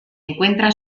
encuentra